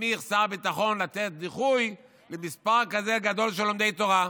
שמסמיך שר ביטחון לתת דיחוי למספר כזה גדול של לומדי תורה.